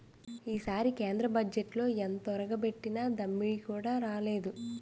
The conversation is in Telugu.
ఈసారి కేంద్ర బజ్జెట్లో ఎంతొరగబెట్టేరేటి దమ్మిడీ కూడా లేదు